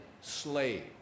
slave